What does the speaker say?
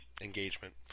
engagement